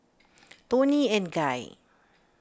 Toni and Guy